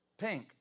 pink